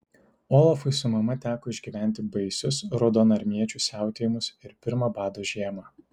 olafui su mama teko išgyventi baisius raudonarmiečių siautėjimus ir pirmą bado žiemą